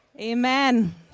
Amen